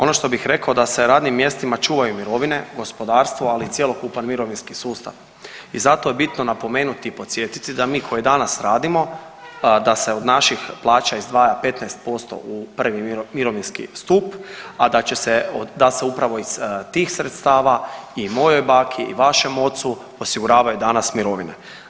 Ono što bih rekao da se radnim mjestima čuvaju mirovine, gospodarstvo, ali i cjelokupan mirovinski sustav i zato je bitno napomenuti i podsjetiti da mi koji danas radimo da se od naših plaća izdvaja 15% u prvi mirovinski stup, a da se upravo iz tih sredstava i mojoj baki i vašem ocu osiguravaju danas mirovine.